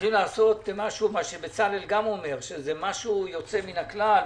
הולכים לעשות משהו יוצא מן הכלל.